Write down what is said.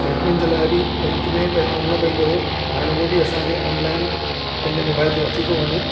statement जे लाइ बि बैंक में पहिरियों वञिणो पवंदो हुओ उहा बि असांखे ऑनलाइन पंहिंजे मोबाइल ते अची थो वञे